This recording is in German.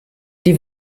die